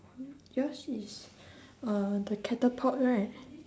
yours is uh the catapult right